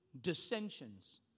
dissensions